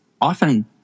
often